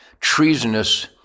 treasonous